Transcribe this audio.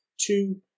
two